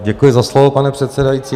Děkuji za slovo, pane předsedající.